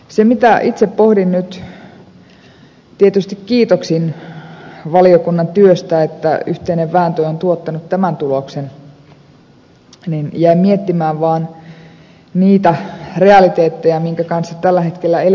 se mitä itse pohdin nyt tietysti kiitoksin valiokunnan työstä että yhteinen vääntö on tuottanut tämän tuloksen niin jäin miettimään vaan niitä realiteetteja minkä kanssa tällä hetkellä eletään